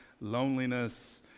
loneliness